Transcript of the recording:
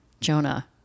Jonah